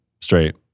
straight